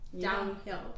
downhill